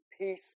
peace